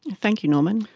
thank you norman.